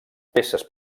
peces